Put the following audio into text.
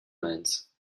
mainz